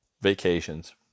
vacations